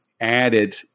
added